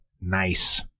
nice